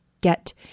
get